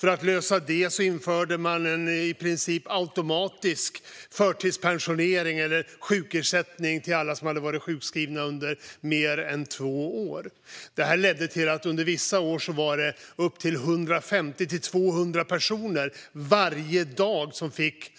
För att lösa det införde man en i princip automatisk förtidspensionering av eller sjukersättning till alla som varit sjukskrivna under mer än två år. Detta ledde till att det under vissa år var 150-200 personer per dag som fick